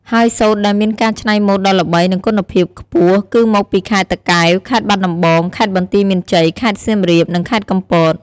ហើយសូត្រដែលមានការច្នៃម៉ូតដ៏ល្បី និងគុណភាព ខ្ពស់គឺមកពីខេត្តតាកែវ ខេត្តបាត់ដំបង ខេត្តបន្ទាយមានជ័យ ខេត្តសៀមរាប និងខេត្តកំពត។